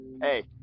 Hey